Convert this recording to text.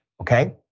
okay